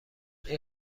این